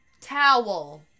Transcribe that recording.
Towel